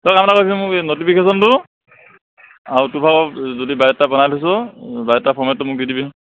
তই কাম এটা কৰিবিচোন মোক এই নটিফিকেশ্যনটো আৰু তোৰ ভাগৰ যদি বায়'ডাটা বনাই থৈছ বায়'ডাটা ফৰমেটটো মোক দি দিবিচোন